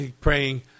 praying